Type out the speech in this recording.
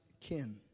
kin